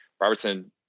Robertson